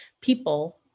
people